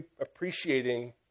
appreciating